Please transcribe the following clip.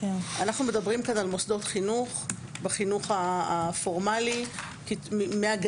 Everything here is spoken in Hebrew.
אנחנו מדברים כאן על מוסדות חינוך בחינוך הפורמלי מהגנים,